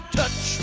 touch